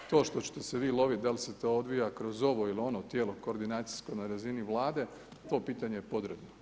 To što ćete se vi loviti da li se to odvija kroz ovo ili ono tijelo kordinacijsko na razini Vlade to pitanje je podredno.